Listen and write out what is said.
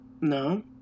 No